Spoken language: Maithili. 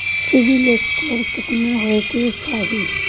सिबिल स्कोर केतना होय चाही?